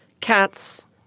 cats